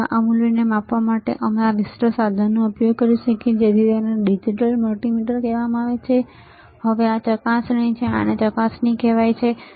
આ મૂલ્યને માપવા માટે અમે આ વિશિષ્ટ સાધનનો ઉપયોગ કરી શકીએ છીએ જેને ડિજિટલ મલ્ટિમીટર કહેવાય છે હવે આ ચકાસણી છે આને ચકાસણી કહેવાય છે બરાબર ને